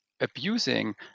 abusing